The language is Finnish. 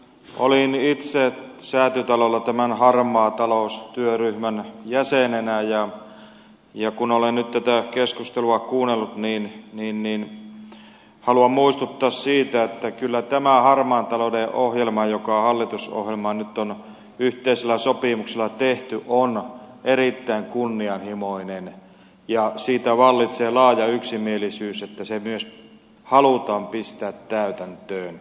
olin itse säätytalolla tämän harmaa talous työryhmän jäsenenä ja kun olen nyt tätä keskustelua kuunnellut haluan muistuttaa siitä että kyllä tämä harmaan talouden ohjelma joka hallitusohjelmaan nyt on yhteisellä sopimuksella tehty on erittäin kunnianhimoinen ja siitä vallitsee laaja yksimielisyys että se myös halutaan pistää täytäntöön